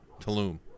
Tulum